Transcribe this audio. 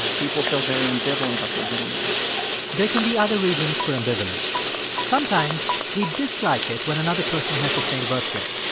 people feel very ambivalent about their middle name there can be other reasons for ambivalence. sometimes we dislike it when another person has the same birthday.